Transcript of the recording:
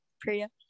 Priya